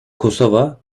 kosova